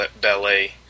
ballet